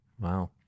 Wow